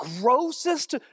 grossest